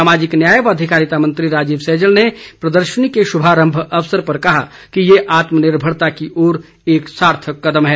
सामाजिक न्याय व अधिकारिता मंत्री राजीव सैजल ने प्रदर्शनी के शुभारम्भ अवसर पर कहा कि ये आत्मनिर्भरता की ओर एक सार्थक कदम है